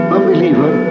Unbeliever